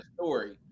story